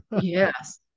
Yes